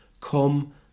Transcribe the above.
come